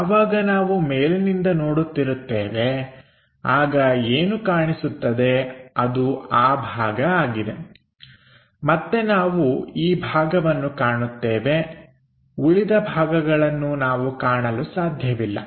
ಯಾವಾಗ ನಾವು ಮೇಲಿನಿಂದ ನೋಡುತ್ತಿರುತ್ತೇವೆ ಆಗ ಏನು ಕಾಣಿಸುತ್ತದೆ ಅದು ಆ ಭಾಗ ಆಗಿದೆ ಮತ್ತೆ ನಾವು ಈ ಭಾಗವನ್ನು ಕಾಣುತ್ತೇವೆ ಉಳಿದ ಭಾಗಗಳನ್ನು ನಾವು ಕಾಣಲು ಸಾಧ್ಯವಿಲ್ಲ